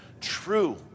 true